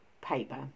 paper